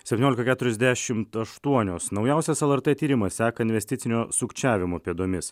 septyniolika keturiasdešimt aštuonios naujausias lrt tyrimas seka investicinio sukčiavimo pėdomis